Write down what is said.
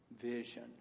vision